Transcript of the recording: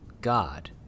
God